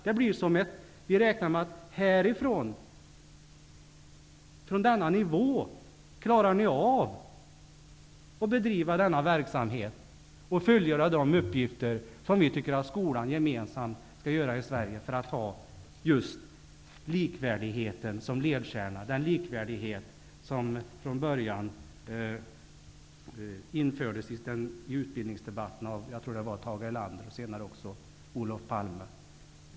Det innebär att vi räknar med att man från denna nivå klarar av att bedriva denna verksamhet och fullgöra de uppgifter som vi anser att skolan i Sverige gemensamt skall göra för att ha just likvärdigheten som ledstjärna, den likvärdighet som från början infördes i utbildningsdebatten av, tror jag, Tage Erlander och senare även av Olof Palme.